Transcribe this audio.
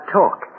talk